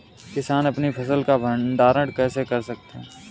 किसान अपनी फसल का भंडारण कैसे कर सकते हैं?